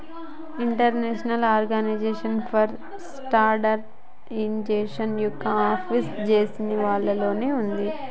international organisation for standardisation యొక్క office జెనీవాలో ఉన్నాది